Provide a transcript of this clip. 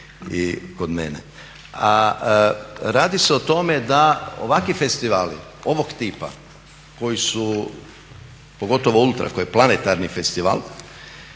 i kod mene. A radi se o tome da ovakvi festivali ovog tipa pogotovo Ultra koji je planetarni festival,